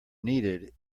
needed